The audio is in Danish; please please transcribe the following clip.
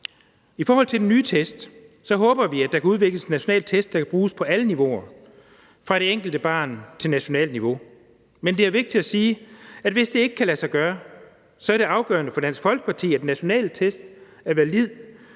I forhold til den nye test håber vi, at der kan udvikles en national test, der kan bruges på alle niveauer – fra det enkelte barn til nationalt niveau. Men det er vigtigt at sige, at hvis det ikke kan lade sig gøre, så er det afgørende for Dansk Folkeparti, at nationale test er valide